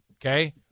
Okay